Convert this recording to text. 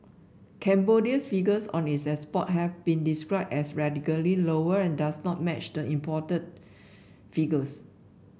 Cambodia's figures on its export have been described as radically lower and does not match the imported figures